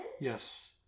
yes